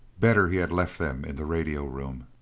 better he had left them in the radio room.